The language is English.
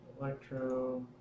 Electro